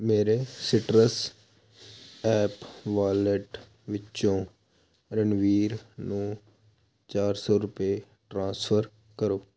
ਮੇਰੇ Citrus app wallet ਵਿੱਚੋਂ ਰਣਬੀਰ ਨੂੰ ਚਾਰ ਸੌ ਰੁਪਏ ਟ੍ਰਾਂਸਫਰ ਕਰੋ